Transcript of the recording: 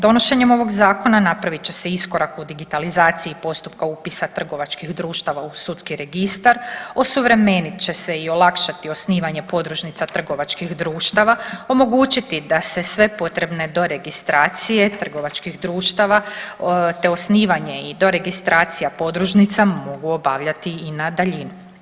Donošenjem ovog zakona napravit će se iskorak u digitalizaciji postupka upisa trgovačkih društava u sudski registar, osuvremenit će se i olakšati osnivanje podružnica trgovačkih društava, omogućiti da se sve potrebne doregistracije trgovačkih društava, te osnivanje i doregistracija podružnica mogu obavljati i na daljinu.